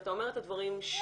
שאתה אומר את הדברים שוב.